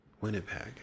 Winnipeg